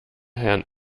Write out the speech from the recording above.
herrn